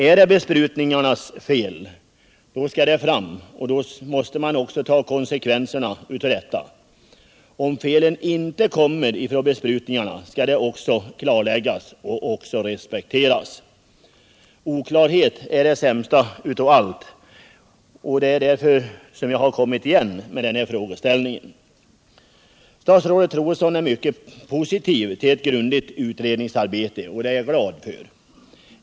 Är det besprutningarnas fel, då skall det fram, och då måste man också ta konsekvenserna av det. Om felet inte är besprutningarnas skall det också klarläggas och respekteras. Oklarhet är det sämsta av allt, och det är därför jag kommit igen med den här frågeställningen. Statsrådet Troedsson är mycket positiv till ett grundligt utredningsarbete, och det är jag glad för.